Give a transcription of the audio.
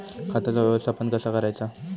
खताचा व्यवस्थापन कसा करायचा?